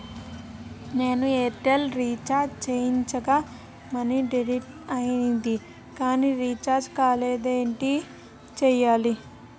నేను Airtel recharge చేయించగా money deduct అయ్యింది కానీ రీఛార్జ్ కాలేదు ఏంటి చేయాలి?